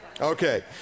Okay